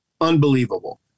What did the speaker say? Unbelievable